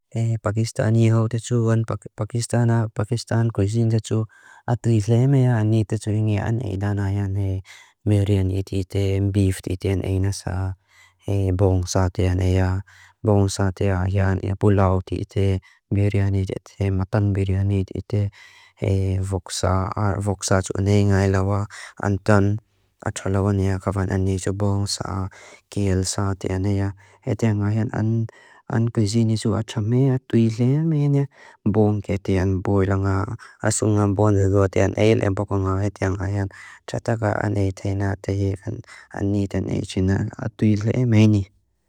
Pakistani hau techu pakistana, pakistan kuisine techu atlisem ea. Ani techu ingi an eidana. Meriani teete, beef teete an eina saa. Bong saa tean ea. Bong saa tea pulau teete. Biryani teete, mutton biryani teete. Voksa, voksa tu an ea inga ea lawa. Antan atra lawan ea. Kavan an ea jo bong saa. Keel saa tean ea. Ea tean an ea. An kuisine achamea. Atwile ea meini. Bong ketean. Asungan bong hulotean. Ea ea bokoan an ea. Ea tean an ea. Chataka an ea teina. Atwile ea meini.